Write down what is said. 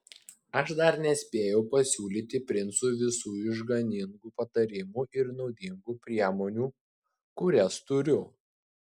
aš dar nespėjau pasiūlyti princui visų išganingų patarimų ir naudingų priemonių kurias turiu